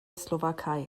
slowakei